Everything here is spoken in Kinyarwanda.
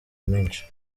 menshi